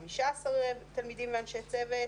5 תלמידים ואנשי צוות,